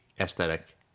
aesthetic